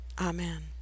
Amen